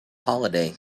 holiday